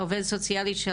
העובדת הסוציאלית של